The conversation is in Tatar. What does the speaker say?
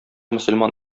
мөселман